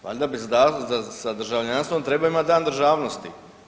Valjda bi sa državljanstvom trebao imati Dan državnosti.